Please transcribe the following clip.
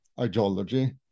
ideology